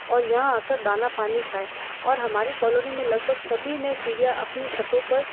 और यहाँ आकर दाना पानी खाए और हमारी कॉलोनी में लगभग सभी ने चिड़िया अपने छतों पर